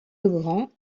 legrand